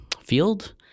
field